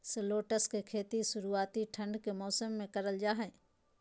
shallots के खेती शुरुआती ठंड के मौसम मे करल जा हय